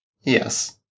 Yes